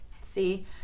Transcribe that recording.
see